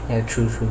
ya true true